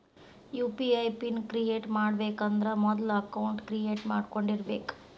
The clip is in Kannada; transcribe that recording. ಯು.ಪಿ.ಐ ಪಿನ್ ಕ್ರಿಯೇಟ್ ಮಾಡಬೇಕಂದ್ರ ಮೊದ್ಲ ಅಕೌಂಟ್ ಕ್ರಿಯೇಟ್ ಮಾಡ್ಕೊಂಡಿರಬೆಕ್